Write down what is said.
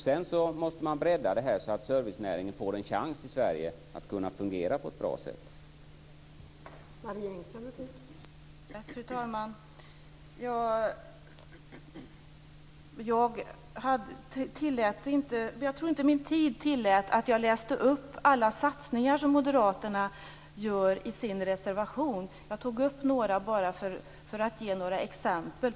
Sedan måste man bredda detta, så att servicenäringen får en chans att fungera på ett bra sätt i Sverige.